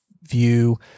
view